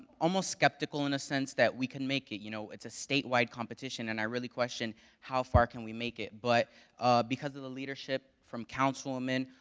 almost skeptical in a sense that we could make it. you know, it's a statewide competition, and i really questioned how far can we make it, but because of the leadership from councilwoman,